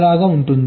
లాగా ఉంటుంది